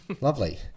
Lovely